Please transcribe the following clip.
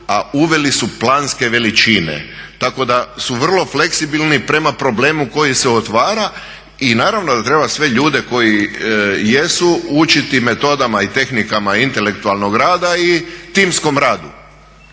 a uveli su planske veličine, tako da su vrlo fleksibilni prema problemu koji se otvara. I naravno da treba sve ljude koji jesu učiti metodama i tehnikama intelektualnog rada i timskom radu.